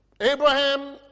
Abraham